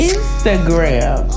Instagram